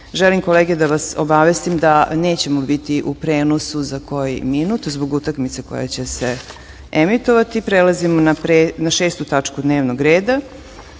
kolege, da vas obavestim da nećemo biti u prenosu za koji minut zbog utakmice koja će se emitovati. Prelazimo na Šestu tačku dnevnog reda